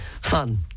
fun